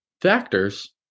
factors